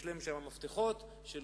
יש להם מפתחות של